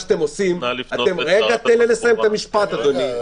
--- תן לי לסיים את המשפט אדוני,